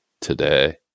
today